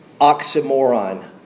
oxymoron